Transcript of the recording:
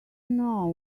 know